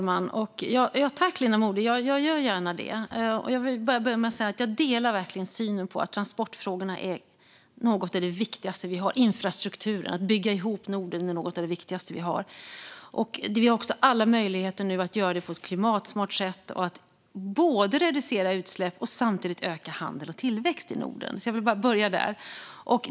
Fru talman! Jag gör gärna det, Linda Modig. Jag vill börja med att säga att jag verkligen delar synen att transportfrågorna - infrastrukturen och att bygga ihop Norden - är något av det viktigaste vi har. Vi har alla möjligheter nu att göra detta på ett klimatsmart sätt och att både reducera utsläppen och öka handeln och tillväxten i Norden. Jag ville bara börja där.